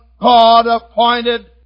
God-appointed